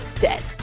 dead